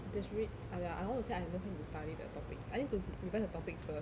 there's re~ !aiya! I want to say I have no time to study the topics I need to re~ revise the topics first